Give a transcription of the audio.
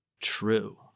true